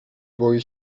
boi